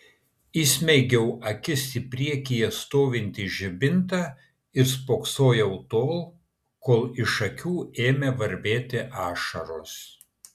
įsmeigiau akis į priekyje stovintį žibintą ir spoksojau tol kol iš akių ėmė varvėti ašaros